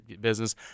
business